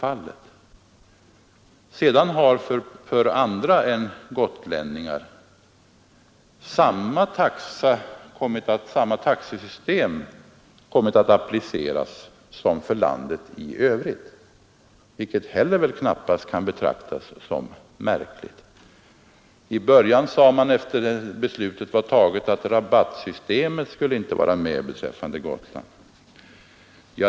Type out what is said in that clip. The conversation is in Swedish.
Att sedan för andra än gotlänningar samma prissystem har kommit att användas som för landet i övrigt kan knappast betraktas som märkligt. När beslutet just hade fattats, sade man att rabattsystemet inte skulle vara med beträffande Gotland.